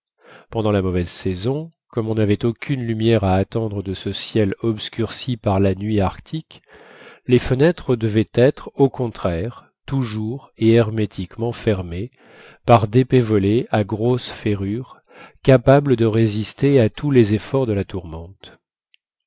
pendant la mauvaise saison comme on n'avait aucune lumière à attendre de ce ciel obscurci par la nuit arctique les fenêtres devaient être au contraire toujours et hermétiquement fermées par d'épais volets à grosses ferrures capables de résister à tous les efforts de la tourmente